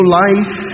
life